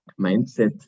mindset